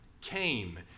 came